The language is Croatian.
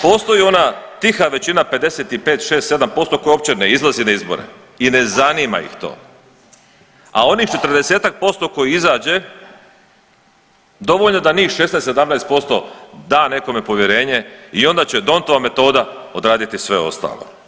Postoji ona tiha većina 55, 6, 7% koja uopće ne izlazi na izbore i ne zanima ih to, a onih četrdesetak posto koji izađe dovoljno da njih 16, 17% da nekome povjerenje i onda će D'Hondtova metoda odraditi sve ostalo.